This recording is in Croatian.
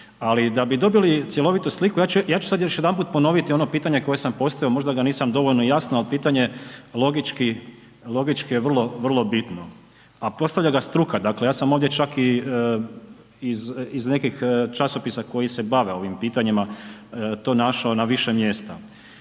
Ali da bi dobili cjelovitu sliku, ja ću sad još jedanput ponoviti ono pitanje koje sam postavio, možda ga nisam dovoljno jasno, al pitanje logički, logički je vrlo bitno, a postavlja ga struka, dakle, ja sam ovdje čak i iz nekih časopisa koji se bave ovim pitanjima to našao na više mjesta.